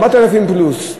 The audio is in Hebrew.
4,000 פלוס,